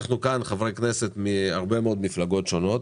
אנחנו כאן כחברי כנסת ממפלגות שונות